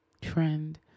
trend